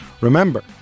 Remember